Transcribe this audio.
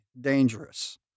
dangerous